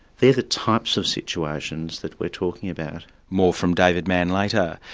they're the types of situations that we're talking about. more from david manne later.